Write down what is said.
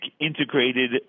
Integrated